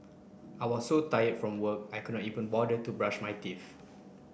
I was so tired from work I could not even bother to brush my teeth